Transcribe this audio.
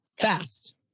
Fast